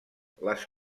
les